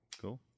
Cool